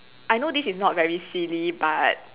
I know this is not very silly but